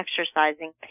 exercising